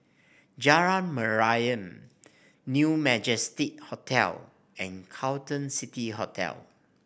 Jalan Mariam New Majestic Hotel and Carlton City Hotel